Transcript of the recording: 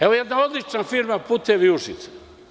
Evo, jedna odlična firma „Putevi Užice“